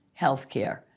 Healthcare